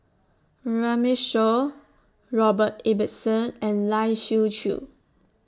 Runme Shaw Robert Ibbetson and Lai Siu Chiu